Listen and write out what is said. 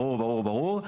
ברור ברור ברור,